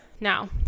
Now